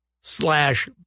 slash